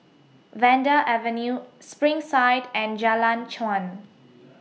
Vanda Avenue Springside and Jalan Chuan